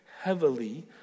heavily